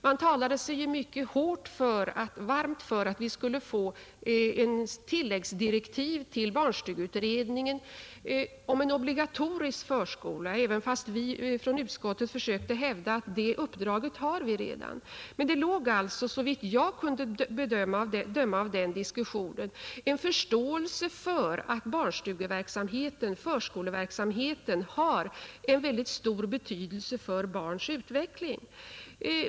Man talade sig varm för att vi skulle få tilläggsdirektiv till barnstugeutredningen om en obligatorisk förskola, trots att vi från utskottets sida försökte hävda att det uppdraget har utredningen redan. Men det finns alltså, såvitt jag kunde bedöma under den diskussionen, en förståelse för att barnstugeverksamheten, förskoleverksamheten, har en mycket stor betydelse för barns utveckling.